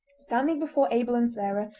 standing before abel and sarah,